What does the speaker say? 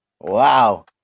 Wow